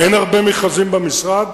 אין הרבה מכרזים במשרד?